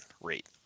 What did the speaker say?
rate